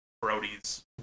Brody's